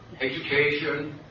education